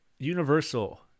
Universal